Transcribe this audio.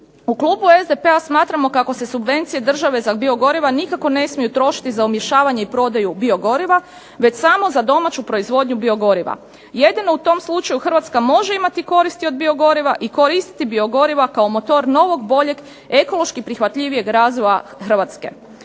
U klubu SDP-a smatramo kako se subvencije države za biogoriva nikako ne smiju trošiti za umješavnje i prodaju biogoriva već samo za domaću proizvodnju biogoriva. Jedino u tom slučaju Hrvatska može imati koristi od biogoriva i koristiti biogoriva kao motor boljeg ekološki prihvatljivijeg razvoja Hrvatske.